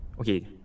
Okay